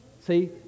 See